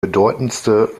bedeutendste